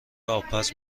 آبپز